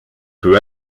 peu